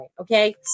okay